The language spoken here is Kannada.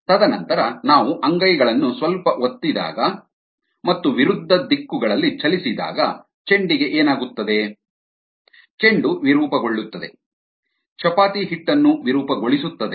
ತದನಂತರ ನಾವು ಅಂಗೈಗಳನ್ನು ಸ್ವಲ್ಪ ಒತ್ತಿದಾಗ ಮತ್ತು ವಿರುದ್ಧ ದಿಕ್ಕುಗಳಲ್ಲಿ ಚಲಿಸಿದಾಗ ಚೆಂಡಿಗೆ ಏನಾಗುತ್ತದೆ ಚೆಂಡು ವಿರೂಪಗೊಳ್ಳುತ್ತದೆ ಚಪಾತಿ ಹಿಟ್ಟನ್ನು ವಿರೂಪಗೊಳಿಸುತ್ತದೆ